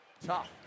tough